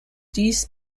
dies